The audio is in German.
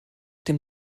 dem